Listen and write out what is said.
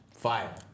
fire